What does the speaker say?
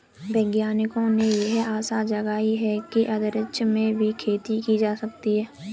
वैज्ञानिकों ने यह आशा जगाई है कि अंतरिक्ष में भी खेती की जा सकेगी